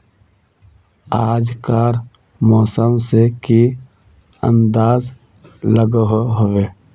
आज कार मौसम से की अंदाज लागोहो होबे?